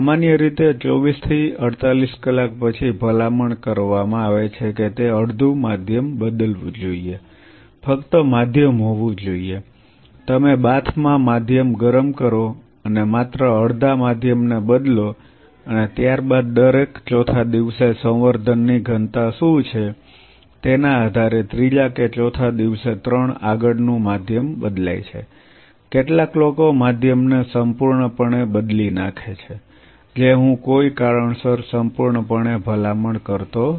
સામાન્ય રીતે 24 થી 48 કલાક પછી ભલામણ કરવામાં આવે છે કે તે અડધું માધ્યમ બદલવું જોઈએ ફક્ત માધ્યમ હોવું જોઈએ તમે બાથ માં માધ્યમ ગરમ કરો અને માત્ર અડધા માધ્યમને બદલો અને ત્યારબાદ દરેક ચોથા દિવસે સંવર્ધનની ઘનતા શું છે તેના આધારે ત્રીજા કે ચોથા દિવસે ત્રણ આગળનું માધ્યમ બદલાય છે કેટલાક લોકો માધ્યમને સંપૂર્ણપણે બદલી નાખે છે જે હું કોઈ કારણસર સંપૂર્ણપણે ભલામણ કરતો નથી